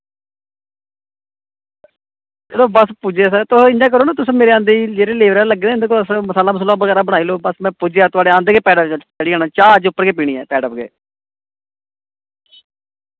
बस पुज्जे तुस इंया करो ना मेरे आंदे जेह्ड़े लेबर आह्ले लग्गे दे ना मसाला बनाई लैओ में पुज्जेआ थुआढ़े आंदे गै पैरे उप्पर चाह् अज्ज उप्पर गै पीनी पैड़े उप्पर गै